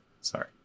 Sorry